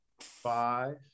five